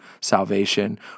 salvation